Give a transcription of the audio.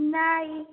नाही